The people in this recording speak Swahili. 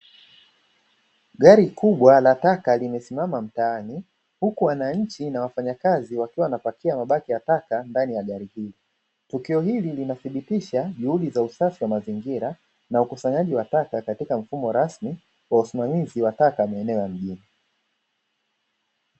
Gari kubwa la taka limesimama mtaani huku wananchi na wafanyakazi wakiwa wanapakia mabaki ya taka ndani ya gari hili; tukio hili linathibitisha juhudi za usafi wa mazingira na ukusanyaji wa taka katika mfumo rasmi wa usimamizi wa taka maeneo ya mjini.